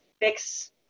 fix